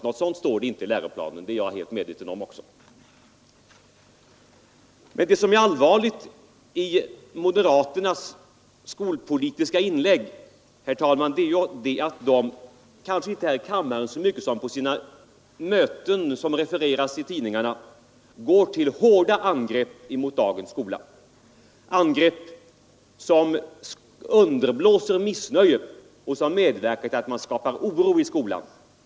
Något sådant står inte i läroplanen, det är också jag medveten om Men det allvarliga i moderaternas skolpolitiska inlägg är att de kanske inte så mycket här i kammaren som på sina möten, vilka refereras i tidningarna — går till hårda angrepp mot dagens skola. De angreppen underblåser missnöjet och medverkar till att skapa oro i skolan.